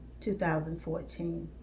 2014